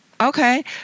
okay